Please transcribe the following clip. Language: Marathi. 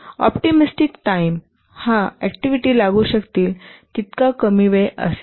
ऑप्टिमिस्टिक टाईम हा ऍक्टिव्हिटी लागू शकतील तितका कमी वेळ असेल